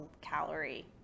calorie